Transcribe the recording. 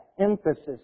emphasis